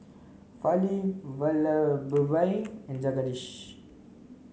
Fali and Jagadish